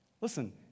Listen